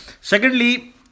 secondly